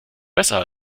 besser